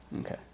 Okay